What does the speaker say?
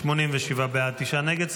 87 בעד, תשעה נגד.